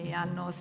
hanno